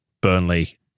Burnley